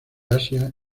asia